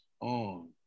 on